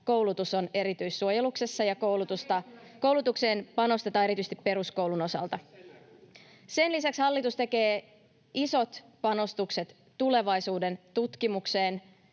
Se ei kyllä näy!] ja koulutukseen panostetaan erityisesti peruskoulun osalta. Sen lisäksi hallitus tekee isot panostukset tulevaisuuden tutkimukseen,